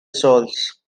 souls